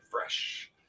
fresh